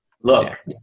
look